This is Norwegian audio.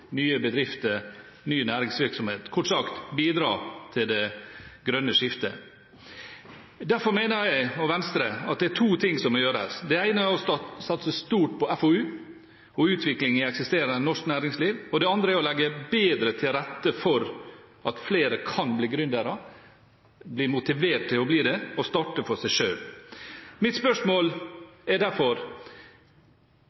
nye bedrifter, ny næringsvirksomhet – kort sagt: bidra til det grønne skiftet. Derfor mener jeg og Venstre at det er to ting som må gjøres. Det ene er å satse stort på FoU og på utvikling i eksisterende norsk næringsliv. Det andre er å legge bedre til rette for at flere kan bli gründere, bli motivert til å bli det og å starte for seg selv. Mitt spørsmål er derfor